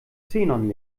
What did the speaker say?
xenon